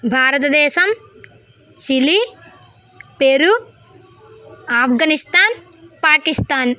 భారత దేశం Chile Peru Afghanistan Pakistan